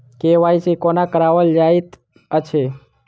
KYC कोना कराओल जाइत अछि?